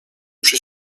przy